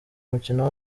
umukino